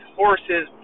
horses